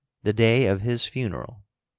the day of his funeral,